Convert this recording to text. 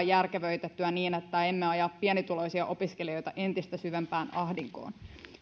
järkevöitettyä niin että emme aja pienituloisia opiskelijoita entistä syvempään ahdinkoon